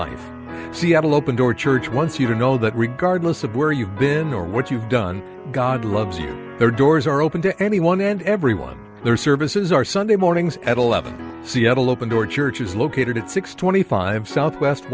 one seattle open door church once you know that regardless of where you've been or what you've done god loves you their doors are open to anyone and everyone their services are sunday mornings etal at seattle open door church is located at six twenty five south west